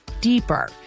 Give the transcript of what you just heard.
deeper